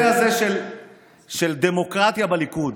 בנושא הזה של דמוקרטיה בליכוד,